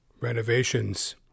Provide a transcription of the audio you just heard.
Renovations